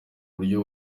buryo